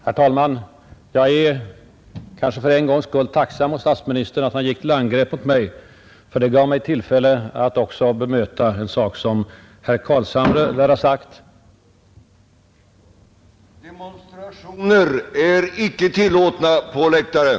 Herr talman! Jag är för en gångs skull tacksam mot statsministern för att han gick till angrepp mot mig, ty det gav mig anledning att också bemöta en sak som herr Carlshamre lär ha sagt när jag inte var inne i kammaren.